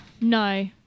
no